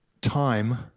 Time